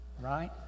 right